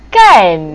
kan